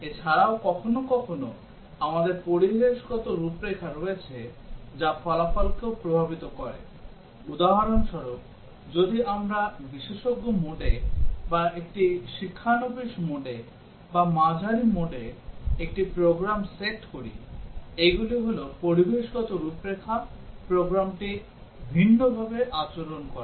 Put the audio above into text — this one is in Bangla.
এছাড়াও কখনও কখনও আমাদের পরিবেশগত রূপরেখা রয়েছে যা ফলাফলকেও প্রভাবিত করে উদাহরণস্বরূপ যদি আমরা বিশেষজ্ঞ মোডে বা একটি শিক্ষানবিশ মোডে বা মাঝারি মোডে একটি প্রোগ্রাম সেট করি এইগুলি হল পরিবেশগত রূপরেখা প্রোগ্রামটি ভিন্নভাবে আচরণ করে